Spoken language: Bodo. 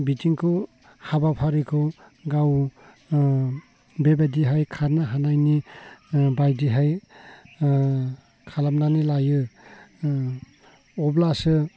बिथिंखौ हाबाफारिखौ गाव बेबायदिहाय खारनो हानायनि बायदिहाय खालामनानै लायो अब्लासो